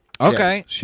Okay